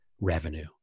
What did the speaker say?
revenue